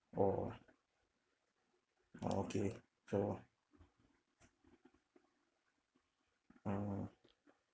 oh oh okay so mm